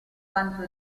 quanto